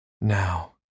now